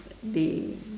they